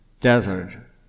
desert